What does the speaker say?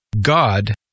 God